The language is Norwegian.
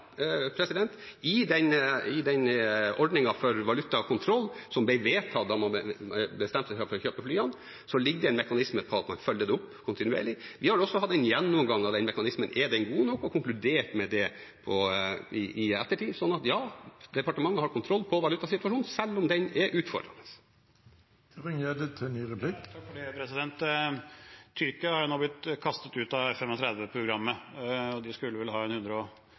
i den ordningen for valutakontroll som ble vedtatt da man bestemte seg for å kjøpe flyene, ligger det en mekanisme på at man følger det opp kontinuerlig. Vi har også hatt en gjennomgang av den mekanismen, om den er god nok, og konkludert med det i ettertid. Så ja, departementet har kontroll på valutasituasjonen, selv om den er utfordrende. Tyrkia har nå blitt kastet ut av F-35-programmet, og de skulle vel ha